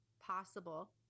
possible